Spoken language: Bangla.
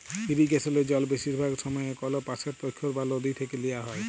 ইরিগেসলে জল বেশিরভাগ সময়ই কল পাশের পখ্ইর বা লদী থ্যাইকে লিয়া হ্যয়